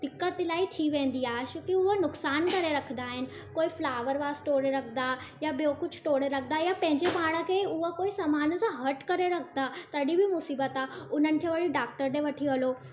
दिक़त इलाही थी वेंदी आहे छोकी उहे नुक़सान करे रखंदा आहिनि कोई फ्लॉवर वास तोड़े रखंदा या ॿियो कुझु तोड़े रखंदा या पंहिंजे पाण खे उहो कोई सामान सां हट करे रखंदा तॾहिं बि मुसीबत आहे उन्हनि खे वरी डॉक्टर ॾे वठी हलो